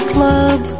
Club